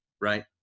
right